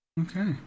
Okay